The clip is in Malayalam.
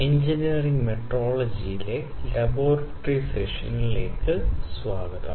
എഞ്ചിനീയറിംഗ് മെട്രോളജിയിലെ ലബോറട്ടറി സെഷനിലേക്ക് സ്വാഗതം